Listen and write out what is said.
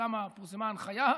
פורסמה ההנחיה,